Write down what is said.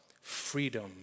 freedom